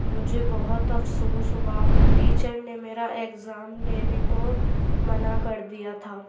مجھے بہت افسوس ہوا ٹیچر نے میرا ایگزام لینے کو منع کر دیا تھا